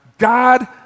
God